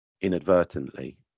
inadvertently